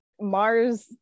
Mars